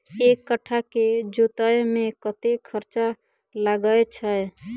एक कट्ठा केँ जोतय मे कतेक खर्चा लागै छै?